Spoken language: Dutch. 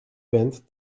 bent